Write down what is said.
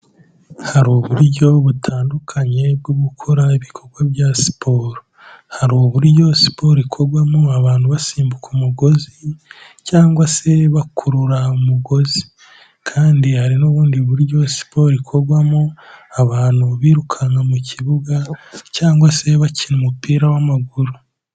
Hari uburyo butandukanye bwo gukora ibikorwa bya siporo, hari uburyo siporo ikorwamo abantu basimbuka umugozi cyangwa se bakurura umugozi. Kandi hari n'ubundi buryo siporo ikorwamo abantu birukanka mu kibuga cyangwa se bakina umupira w'amaguru.